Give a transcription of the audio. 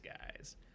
guys